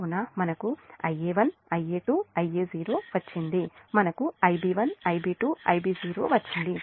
కాబట్టి మనకు Ia1 Ia2 Ia0 వచ్చింది మనకు Ib1 Ib2 Ib0 వచ్చింది